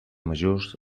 majors